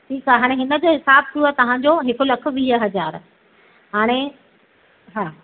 ठीकु हा हाणे हिन जो हिसाबु थियो तव्हांजो हिकु लखु वीह हज़ार हाणे हा